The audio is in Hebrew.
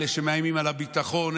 אלה שמאיימים על הביטחון,